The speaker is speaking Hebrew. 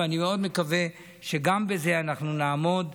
ואני מאוד מקווה שגם בזה אנחנו נעמוד,